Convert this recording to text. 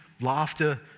laughter